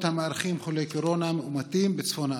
המארחים חולי קורונה מאומתים בצפון הארץ.